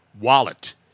wallet